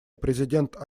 президент